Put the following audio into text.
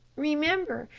remember,